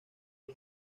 con